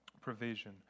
provision